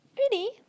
really